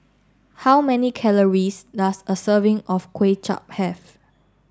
how many calories does a serving of Kway Chap have